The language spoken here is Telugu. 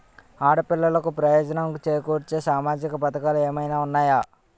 ఆడపిల్లలకు ప్రయోజనం చేకూర్చే సామాజిక పథకాలు ఏమైనా ఉన్నాయా?